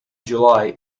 july